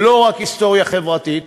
ולא רק היסטוריה חברתית,